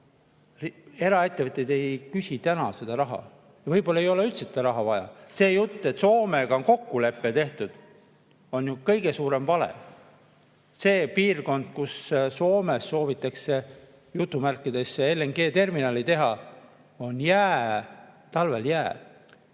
Eraettevõtted ei küsi täna seda raha, võib-olla ei ole üldse seda raha vaja. See jutt, et Soomega on kokkulepe tehtud, on ju kõige suurem vale. See piirkond, kus Soomes soovitakse "LNG terminali" teha, on talvel jääs.